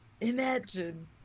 imagine